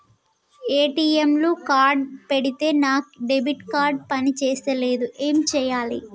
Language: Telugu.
ఏ.టి.ఎమ్ లా కార్డ్ పెడితే నా డెబిట్ కార్డ్ పని చేస్తలేదు ఏం చేయాలే?